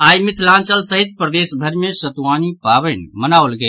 आई मिथिलांचल सहित प्रदेश भरि मे सतुआनी पावनि मनाओल गेल